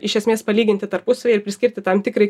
iš esmės palyginti tarpusavyje ir priskirti tam tikrai